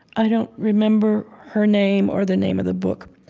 i don't remember her name or the name of the book.